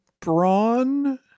brawn